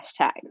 hashtags